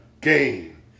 game